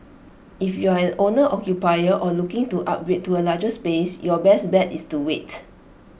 if you are an owner occupier or looking to upgrade to A larger space your best bet is to wait